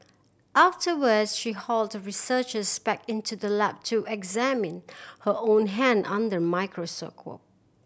afterwards she hauled the researchers back into the lab to examine her own hand under a microscope